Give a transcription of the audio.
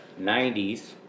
90s